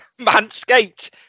Manscaped